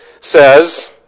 says